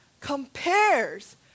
compares